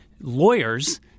lawyers